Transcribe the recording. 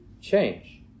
change